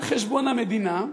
על חשבון המדינה,